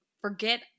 forget